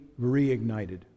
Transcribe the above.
reignited